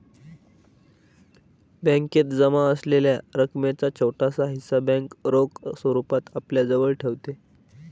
बॅकेत जमा असलेल्या रकमेचा छोटासा हिस्सा बँक रोख स्वरूपात आपल्याजवळ ठेवते